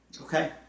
Okay